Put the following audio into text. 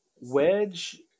Wedge